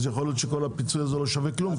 אז יכול להיות שכל הפיצוי הזה לא שווה כלום,